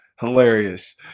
hilarious